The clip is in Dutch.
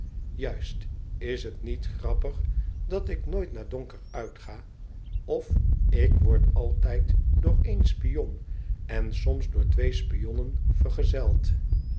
juist is het niet grappig dat ik nooit na donker uitga of ik wordt altijd door één spion en soms door twee spionnen vergezeld